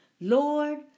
Lord